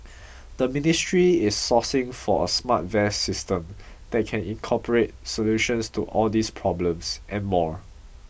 the ministry is sourcing for a smart vest system that can incorporate solutions to all these problems and more